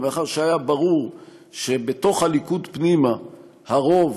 ומאחר שהיה ברור שבתוך הליכוד פנימה הרוב